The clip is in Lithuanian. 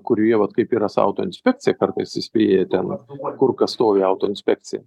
kurioje vat kaip yra su autoinspekcija kartais įspėja ten kur kas stovi autoinspekcija